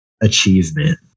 achievement